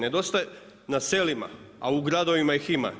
Nedostaje na selima, a u gradovima ih ima.